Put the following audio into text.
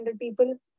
people